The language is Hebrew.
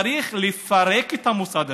צריך לפרק את המוסד הזה,